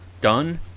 done